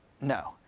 No